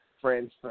friends